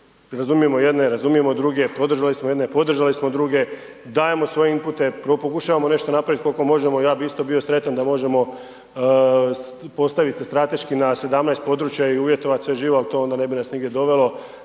razumijemo jedne, razumijemo druge, podržali smo jedne, podržali smo druge, daje svoje impute, pokušavamo nešto napravit koliko možemo, ja bi isto bio sretan da možemo postaviti se strateški na 17 područja i uvjetovati sve živo, ali to onda ne bi nas nigdje dovelo.